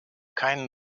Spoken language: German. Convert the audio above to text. keinen